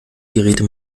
geräte